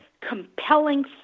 compelling